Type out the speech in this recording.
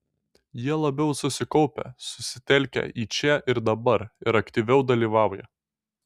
jie labiau susikaupę susitelkę į čia ir dabar ir aktyviau dalyvauja